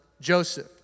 Joseph